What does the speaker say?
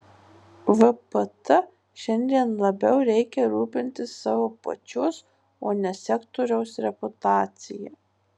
vpt šiandien labiau reikia rūpintis savo pačios o ne sektoriaus reputacija